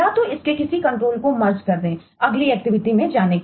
तो यह एक मर्ज नोड में जाने के लिए